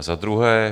Za druhé.